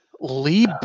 Lee